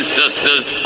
sisters